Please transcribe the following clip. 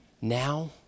now